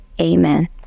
amen